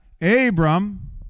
Abram